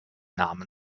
namen